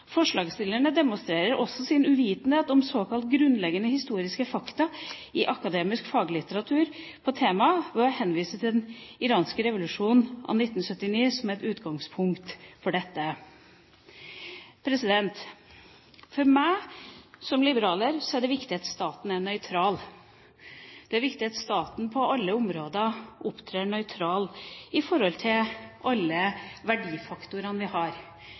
Forslagsstillerne demonstrerer også sin uvitenhet om såvel grunnleggende historiske fakta som akademisk faglitteratur på temaet ved å henvise til den iranske revolusjonen i 1979 som et annet utgangspunkt.» For meg som liberaler er det viktig at staten er nøytral. Det er viktig at staten på alle områder opptrer nøytralt i forhold til alle verdifaktorene vi har.